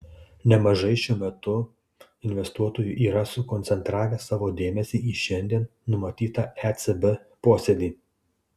nemažai šiuo metu investuotojų yra sukoncentravę savo dėmesį į šiandien numatytą ecb posėdį